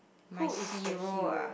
my hero ah